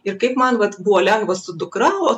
ir kaip man vat buvo lengva su dukra o